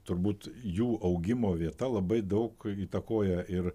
turbūt jų augimo vieta labai daug įtakoja ir